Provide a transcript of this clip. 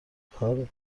کار